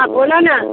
हँ बोलऽ न